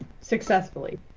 successfully